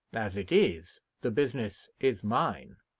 as it is, the business is mine.